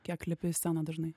kiek lipi į sceną dažnai